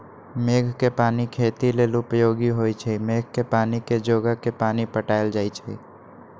मेघ कें पानी खेती लेल उपयोगी होइ छइ मेघ के पानी के जोगा के पानि पटायल जाइ छइ